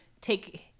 take